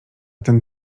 ten